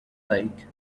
lake